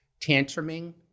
tantruming